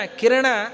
kirana